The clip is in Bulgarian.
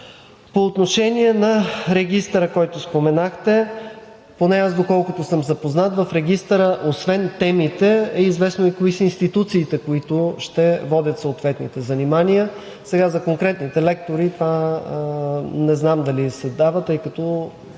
По отношение на Регистъра, който споменахте. Поне аз, доколкото съм запознат, в Регистъра освен темите е известно и кои са институциите, които ще водят съответните занимания. За конкретните лектори. Това не знам дали се дава, тъй като